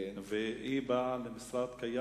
והיא באה כבר למשרד קיים.